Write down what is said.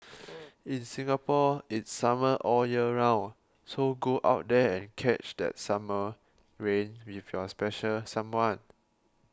in Singapore it's summer all year round so go out there and catch that summer rain with your special someone